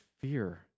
fear